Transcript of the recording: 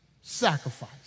sacrifice